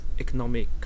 economic